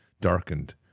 darkened